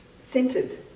centered